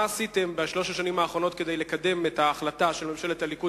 מה עשיתם בשלוש השנים האחרונות כדי לקדם את ההחלטה של ממשלת הליכוד